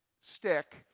stick